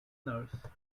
nurse